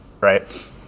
right